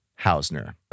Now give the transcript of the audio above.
Hausner